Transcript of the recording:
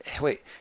wait